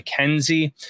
mckenzie